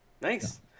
Nice